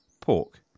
Pork